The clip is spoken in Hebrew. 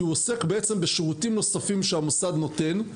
כי הוא עוסק בעצם בשירותים נוספים שהמוסד נותן.